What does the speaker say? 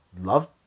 love